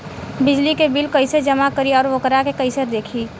बिजली के बिल कइसे जमा करी और वोकरा के कइसे देखी?